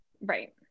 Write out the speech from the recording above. right